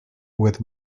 with